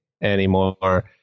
anymore